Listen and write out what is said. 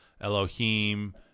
Elohim